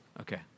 Okay